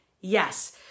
Yes